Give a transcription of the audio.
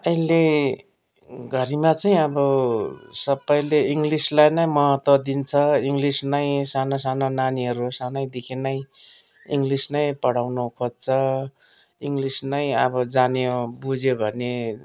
अहिलेघरिमा चाहिँ अब सबैले इ्ङग्लिसलाई नै महत्त्व दिन्छ इङ्ग्लिस नै साना साना नानीहरू सानैदेखि नै इङ्ग्लिस नै पढाउनु खोज्छ इङ्ग्लिस नै अब जान्यो बुज्यो भने